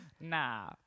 Nah